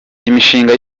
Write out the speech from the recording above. imishinga